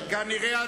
כנראה,